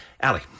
Allie